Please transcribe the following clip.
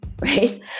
right